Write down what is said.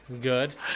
Good